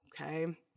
Okay